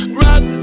rock